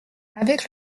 avec